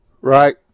Right